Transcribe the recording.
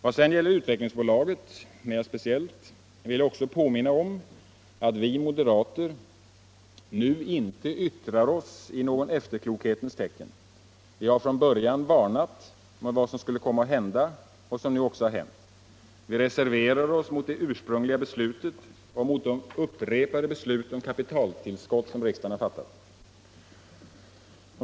Vad sedan gäller Utvecklingsbolaget mera speciellt vill jag också påminna om att vi moderater nu inte yttrar oss i något efterklokhetens tecken. Vi har från början varnat mot vad som skulle komma att hända och som nu också har hänt. Vi reserverade oss mot det ursprungliga beslutet och mot de upprepade beslut om kapitaltillskott som riksdagen har fattat.